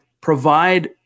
provide